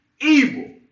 evil